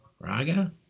Raga